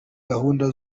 gahunda